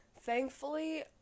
Thankfully